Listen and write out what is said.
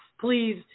Please